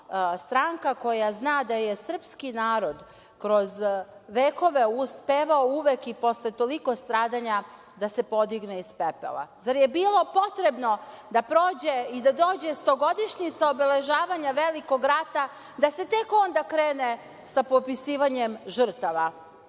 stranka koja zna da je srpski narod kroz vekove uspevao uvek i posle toliko stradanja da se podigne iz pepela. Zar je bilo potrebno da prođe i da dođe stogodišnjica obeležavanja velikog rata, da se tek onda krene sa popisivanjem žrtava?